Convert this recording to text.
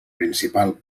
principal